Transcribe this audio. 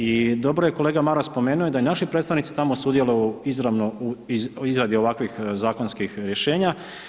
I dobro je kolega Maras spomenuo da i naši predstavnici tamo sudjeluju izravno u izradi ovakvih zakonskih rješenja.